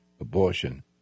abortion